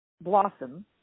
blossom